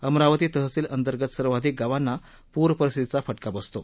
अमरावती तहसील अंतर्गत सर्वाधिक गावांना पूर परिस्थितीचा फटका बसतो